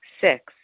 Six